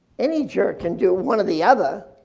any jerk can do one or the other.